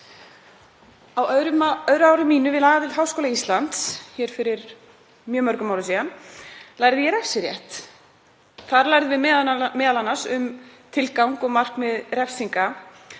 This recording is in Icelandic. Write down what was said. Á öðru ári mínu við lagadeild Háskóla Íslands fyrir mjög mörgum árum lærði ég refsirétt. Þar lærði ég m.a. um tilgang og markmið refsinga